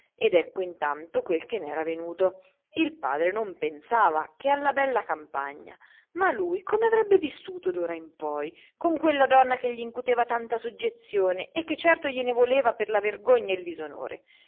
ed ecco intanto quel che n'era venuto il padre non pensava che alla bella campagna ma lui come avrebbe vissuto d'ora in poi con quella donna che gl'incuteva tanta soggezione e che certo gliene voleva per la vergogna e il disonore